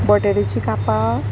बटाट्याचीं कापां